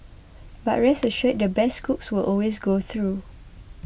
but rest assured the best cooks will always go through